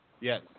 Yes